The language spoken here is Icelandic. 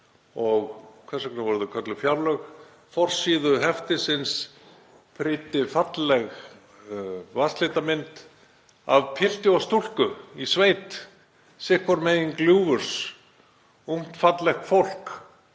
Og hvers vegna voru þau kölluð fjárlög? Forsíðu heftisins prýddi falleg vatnslitamynd af pilti og stúlku í sveit hvort sínum megin gljúfurs, ungt fallegt fólk